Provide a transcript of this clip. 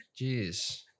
Jeez